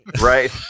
right